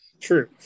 True